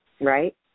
Right